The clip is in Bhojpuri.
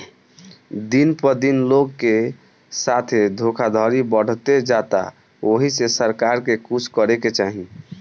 दिन प दिन लोग के साथे धोखधड़ी बढ़ते जाता ओहि से सरकार के कुछ करे के चाही